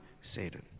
Satan